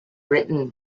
written